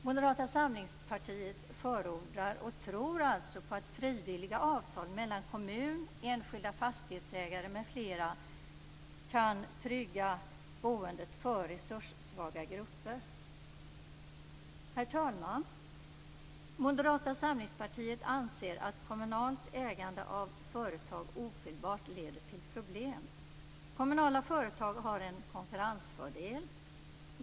Moderata samlingspartiet förordar och tror alltså på att frivilliga avtal mellan kommun, enskilda fastighetsägare m.fl. kan trygga boendet för resurssvaga grupper. Herr talman! Moderata samlingspartiet anser att kommunalt ägande av företag ofelbart leder till problem. Kommunala företag har en konkurrensfördel.